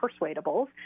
persuadables